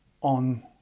on